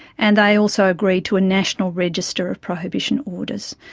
and they also agreed to a national register of prohibition orders.